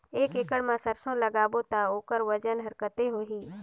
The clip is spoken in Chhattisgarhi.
एक एकड़ मा सरसो ला लगाबो ता ओकर वजन हर कते होही?